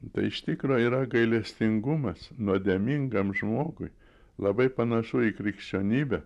tai iš tikro yra gailestingumas nuodėmingam žmogui labai panašu į krikščionybę